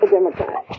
Democrat